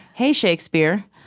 hey, shakespeare,